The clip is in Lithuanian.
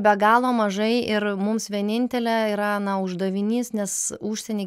be galo mažai ir mums vienintelė yra na uždavinys nes užsieny